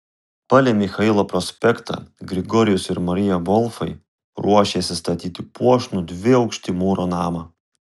palei michailo prospektą grigorijus ir marija volfai ruošėsi statyti puošnų dviaukštį mūro namą